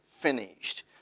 finished